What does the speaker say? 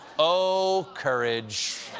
oh, courage.